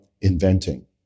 inventing